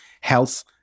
health